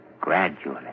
Gradually